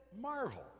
marvel